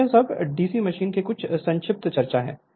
तो ये सब डीसी मशीन की कुछ संक्षिप्त चर्चा है